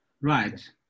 Right